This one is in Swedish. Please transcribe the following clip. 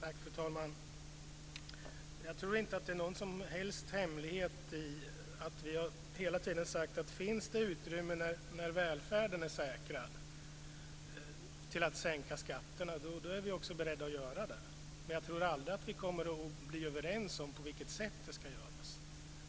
Fru talman! Jag tror inte att det är någon som helst hemlighet att vi hela tiden har sagt att om det finns utrymme när välfärden är säkrad till att sänka skatterna är vi också beredda att göra det, men jag tror aldrig att vi kommer att bli överens om på vilket sätt.